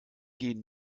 gehen